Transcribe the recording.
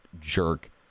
jerk